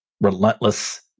relentless